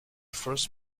first